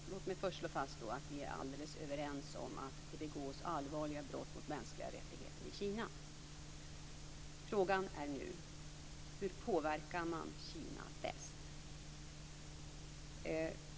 Fru talman! Låt mig först slå fast att vi är alldeles överens om att det begås allvarliga brott mot mänskliga rättigheter i Kina. Frågan är nu hur man påverkar Kina bäst.